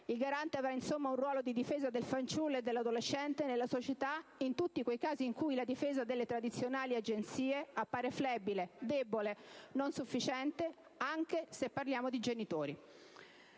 Il Garante avrà insomma un ruolo di difesa del fanciullo e dell'adolescente nella società in tutti quei casi in cui la difesa delle tradizionali agenzie appare flebile, debole, non sufficiente, anche se parliamo di genitori.